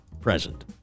present